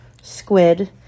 squid